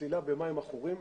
צלילה במים ערוכים.